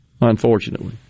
unfortunately